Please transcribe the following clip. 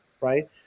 right